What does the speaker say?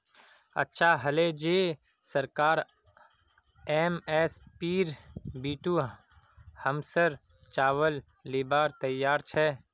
अच्छा हले जे सरकार एम.एस.पीर बितु हमसर चावल लीबार तैयार छ